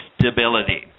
stability